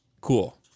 Cool